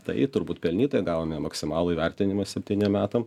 tai turbūt pelnytai gavome maksimalų įvertinimą septyniem metam